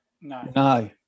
no